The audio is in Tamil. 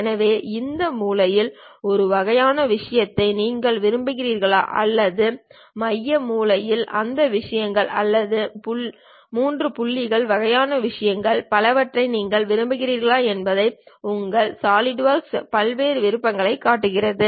எனவே இந்த மூலையில் ஒரு வகையான விஷயத்தை நீங்கள் விரும்புகிறீர்களா அல்லது மைய மூலையில் உள்ள விஷயங்கள் அல்லது 3 புள்ளி வகையான விஷயங்கள் மற்றும் பலவற்றை நீங்கள் விரும்புகிறீர்களா என்பதை உங்கள் சாலிட்வொர்க் பல்வேறு விருப்பங்களைக் காட்டுகிறது